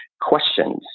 questions